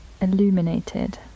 illuminated